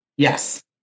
Yes